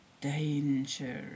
danger